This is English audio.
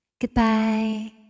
Goodbye